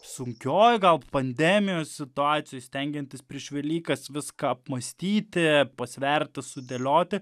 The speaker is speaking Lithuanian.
sunkioj gal pandemijos situacijoj stengiantis prieš velykas viską apmąstyti pasverti sudėlioti